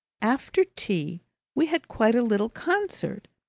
after tea we had quite a little concert,